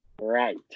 Right